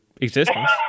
existence